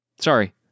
sorry